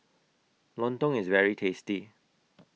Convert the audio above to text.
Lontong IS very tasty